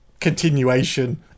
continuation